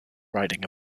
writing